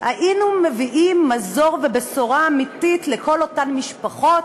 היינו מביאים מזור ובשורה אמיתית לכל אותן משפחות